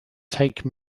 take